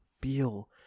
feel